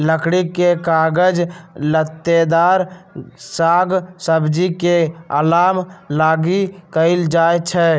लकड़ी के काज लत्तेदार साग सब्जी के अलाम लागी कएल जाइ छइ